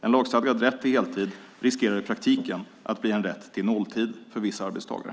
En lagstadgad rätt till heltid riskerar att i praktiken bli en rätt till nolltid för vissa arbetstagare.